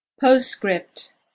Postscript